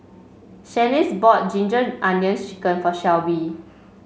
Shaniece bought Ginger Onions chicken for Shelby